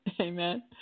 amen